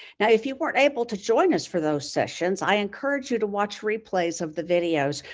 now, if you weren't able to join us for those sessions, i encourage you to watch replays of the videos,